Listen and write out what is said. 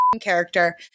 character